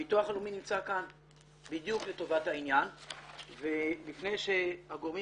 הביטוח הלאומי נמצא כאן בדיוק לטובת העניין ולפני שהגורמים